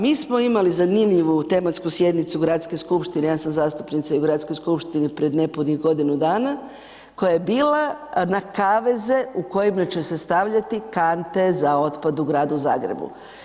Mi smo imali zanimljivu tematsku sjednicu gradske Skupštine, ja sam zastupnica i u gradskoj skupštini, pred nepunih godinu dana, koja je bila na kaveze u kojima će se stavljati kante za otpad u gradu Zagrebu.